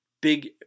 Big